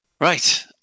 right